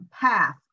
path